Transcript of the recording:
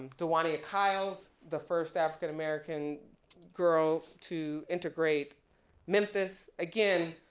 dwania kyles, the first african american girl to integrate memphis. again,